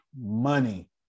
money